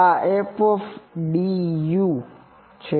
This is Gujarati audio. આ fd છે